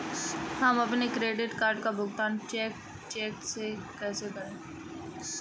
हम अपने credit card का भुगतान चेक से कैसे करें?